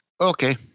Okay